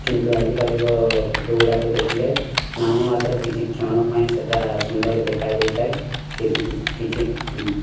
କିନ୍ତୁ ଆଜିକାଲିର ଫଟୋଗୁଡ଼ାକ ଦେଖିଲେ ନାମ ମାତ୍ର କିଛି କ୍ଷଣ ପାଇଁ ସେଇଟା ସୁନ୍ଦର ଦେଖା ଯାଇଥାଏ କେତେ କିଛି